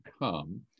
come